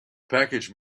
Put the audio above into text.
package